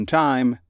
time